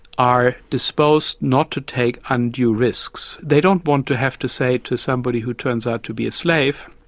are disposed not to take undue risks. they don't want to have to say to somebody who turns out to be a slave,